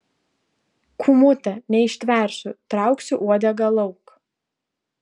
kūmute neištversiu trauksiu uodegą lauk